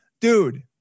dude